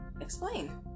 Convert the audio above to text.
explain